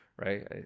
right